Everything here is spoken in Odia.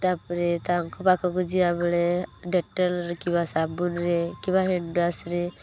ତା'ପରେ ତାଙ୍କ ପାଖକୁ ଯିବା ବେଳେ ଡେଟଲ୍ରେ କିମ୍ବା ସାବୁନରେ କିମ୍ବା ହେଣ୍ଡୱାସ୍ରେ